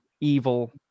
evil